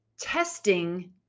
testing